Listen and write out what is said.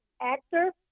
actor